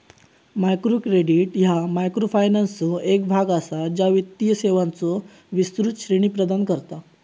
micro credit ह्या मायक्रोफायनान्सचो एक भाग असा, ज्या वित्तीय सेवांचो विस्तृत श्रेणी प्रदान करता